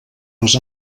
les